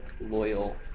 loyal